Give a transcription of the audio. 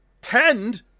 tend